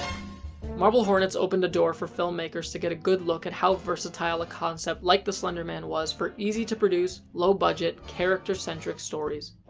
marble hornets opened the door for filmmakers to get a good look at how versatile a concept like the slender man was for easy to produce, low budget, character-centric stories.